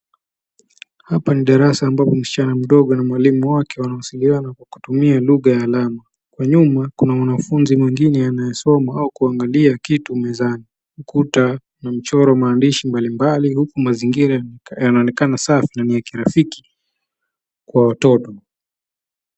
Hapa ni darasa ambapo msichana mdogo na mwalimu wake wanasaidiana kutumia lugha ya alama. Nyuma kuna mwanafunzi mwingine anayesoma au kuanglia kitu mezani. Ukuta umechorwa maaadishi mbalimbali huku mazingira yanaonekana safi na ni ya kirafiki kwa watoto.